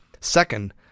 Second